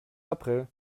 april